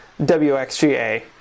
WXGA